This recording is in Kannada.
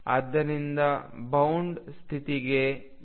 ಆದ್ದರಿಂದ ಬೌಂಡ್ ಸ್ಥಿತಿಗೆ V0E ಆಗಿರುತ್ತದೆ